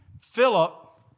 Philip